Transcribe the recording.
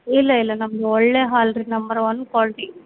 ಇಲ್ಲ ಇಲ್ಲ ನಮ್ದು ಒಳ್ಳೇ ಹಾಲು ರೀ ನಂಬರ್ ಒನ್ ಕ್ವಾಲ್ಟಿ